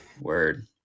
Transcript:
word